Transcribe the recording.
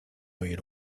oír